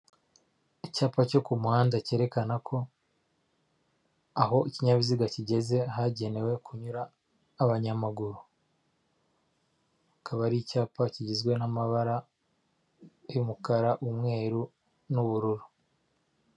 Icyapa cyo ku muhanda cyerekana ko aho ikinyabiziga kigeze hagenewe kunyura abanyamaguru kikaba ari icyapa kigizwe n'amabara y'umukara, umweru n'ubururu.